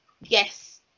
yes